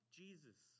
jesus